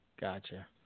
Gotcha